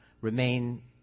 remain